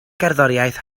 gerddoriaeth